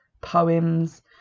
poems